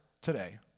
today